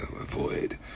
avoid